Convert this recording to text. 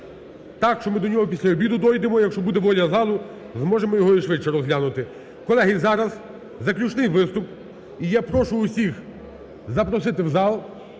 так, що ми до нього після обіду дійдемо, якщо буде воля залу зможемо його і швидше розглянути. Колеги, зараз заключний виступ і я прошу всіх запросити в зал,